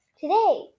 Today